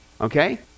Okay